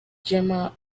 gemma